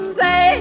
say